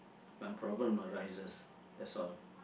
my problem arises that's all